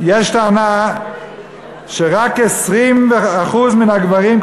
יש טענה שרק 20% מן הגברים,